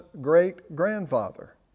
great-grandfather